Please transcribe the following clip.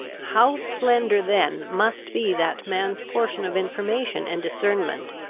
how slender then must be that man's portion of information and discernment,